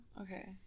Okay